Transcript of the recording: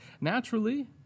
naturally